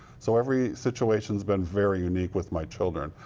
so every situation has been very unique with my children.